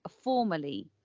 formally